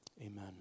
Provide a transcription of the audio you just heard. amen